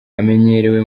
amenyerewe